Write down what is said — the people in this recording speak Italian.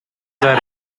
dal